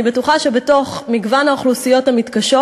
אני בטוחה שבתוך מגוון האוכלוסיות המתקשות